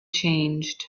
changed